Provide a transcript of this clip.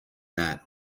that